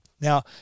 Now